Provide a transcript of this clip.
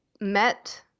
met